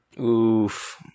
Oof